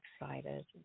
excited